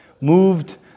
moved